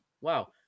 Wow